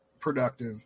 productive